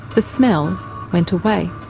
the smell went away.